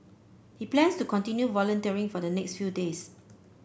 he plans to continue volunteering for the next few days